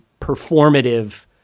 performative